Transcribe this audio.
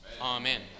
Amen